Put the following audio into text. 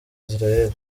israel